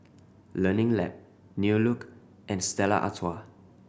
Learning Lab New Look and Stella Artois